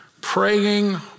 praying